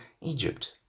Egypt